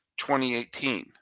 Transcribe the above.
2018